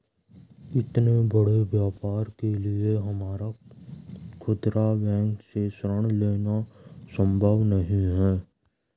इतने बड़े व्यापार के लिए हमारा खुदरा बैंक से ऋण लेना सम्भव नहीं है